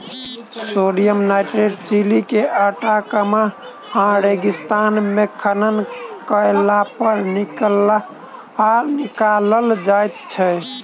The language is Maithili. सोडियम नाइट्रेट चिली के आटाकामा रेगिस्तान मे खनन कयलापर निकालल जाइत छै